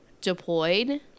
deployed